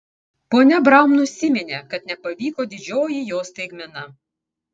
ponia braun nusiminė kad nepavyko didžioji jos staigmena